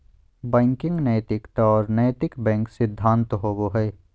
banking नैतिकता और नैतिक बैंक सिद्धांत होबो हइ